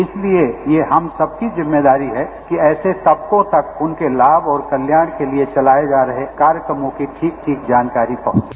इसलिए ये हम सबकी हमारी जिम्मेदारी है कि ऐसे तपकों तक उनके लाभ और कल्याण के लिए चलाए जा रहे कार्य समूह की ठीक ठीक जानकारी पहुंचे